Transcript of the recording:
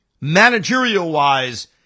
managerial-wise